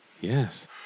Yes